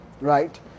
Right